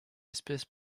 espèce